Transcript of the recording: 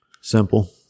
simple